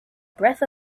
breath